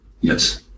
Yes